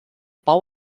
bau